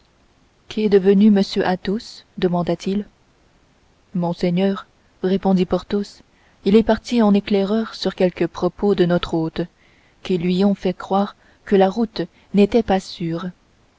qu'est devenu m athos demanda-t-il monseigneur répondit porthos il est parti en éclaireur sur quelques propos de notre hôte qui lui ont fait croire que la route n'était pas sûre